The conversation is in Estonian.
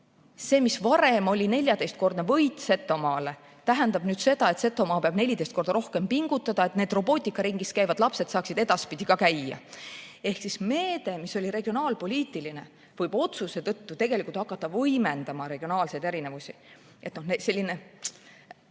see, mis varem oli 14‑kordne võit Setomaale, tähendab nüüd, et Setomaa peab 14 korda rohkem pingutama, selleks et need robootikaringis käivad lapsed saaksid edaspidi ka seal käia. Ehk siis meede, mis oli regionaalpoliitiline, võib otsuse tõttu hakata võimendama regionaalseid erinevusi. [On